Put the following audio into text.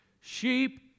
Sheep